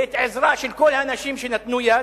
ואת העזרה של כל האנשים שנתנו יד,